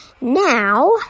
Now